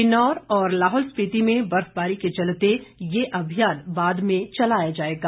किन्नौर और लाहौल स्पिति में बर्फबारी के चलते ये अभियान बाद में चलाया जाएगा